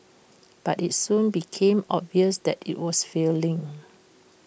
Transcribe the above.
but IT soon became obvious that IT was failing